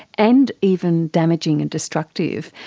and even damaging and destructive.